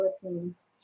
philippines